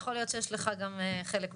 יכול להיות שיש לך חלק בזה.